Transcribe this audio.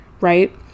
right